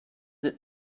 that